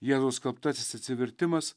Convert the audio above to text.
jėzaus skelbtasis atsivertimas